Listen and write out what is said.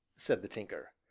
said the tinker.